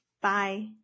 Bye